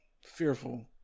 fearful